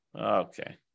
Okay